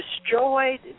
destroyed